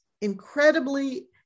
incredibly